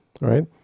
right